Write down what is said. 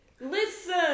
Listen